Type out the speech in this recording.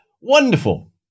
wonderful